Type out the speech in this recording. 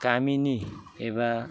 गामिनि एबा